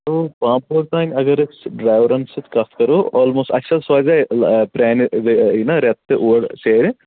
تہٕ پامپور تام اگر أسۍ ڈرٛیورَن سۭتۍ کَتھ کَرو آلموسٹ اَکہِ حساب سۄ گٔے پرٛانہِ یہِ نا رٮ۪تہٕ تہِ اور سیرِ